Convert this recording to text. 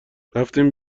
رفتیم